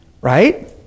Right